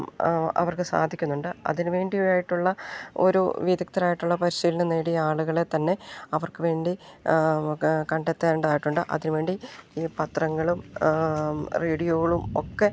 അവർക്ക് സാധിക്കുന്നുണ്ട് അതിനു വേണ്ടിയായിട്ടുള്ള ഒരു വിദഗ്ധരായിട്ടുള്ള പരിശീലനം നേടിയ ആളുകളെ തന്നെ അവർക്കു വേണ്ടി കണ്ടെത്തേണ്ടതായിട്ടുണ്ട് അതിനു വേണ്ടി ഈ പത്രങ്ങളും റേഡിയോകളും ഒക്കെ